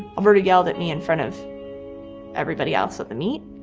alberto yelled at me in front of everybody else at the meet,